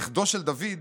נכדו של דוד,